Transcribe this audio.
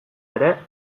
ere